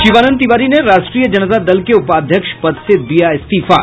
शिवानंद तिवारी ने राष्ट्रीय जनता दल के उपाध्यक्ष पद से दिया इस्तीफा